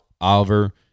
oliver